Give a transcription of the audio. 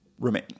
remain